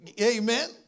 amen